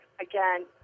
again